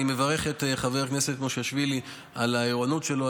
אני מברך את חבר הכנסת מושיאשוילי על הערנות שלו,